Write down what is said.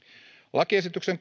lakiesityksen